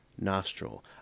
nostril